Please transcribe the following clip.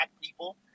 people